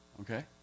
okay